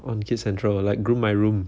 on kids central like groom my room